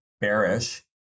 bearish